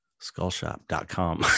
Skullshop.com